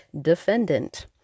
defendant